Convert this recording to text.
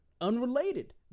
unrelated